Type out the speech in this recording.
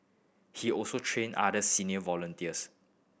he also train other senior volunteers